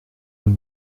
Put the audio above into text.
nous